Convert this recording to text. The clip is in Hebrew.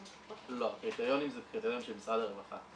לא, הקריטריונים זה קריטריונים של משרד הרווחה.